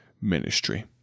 ministry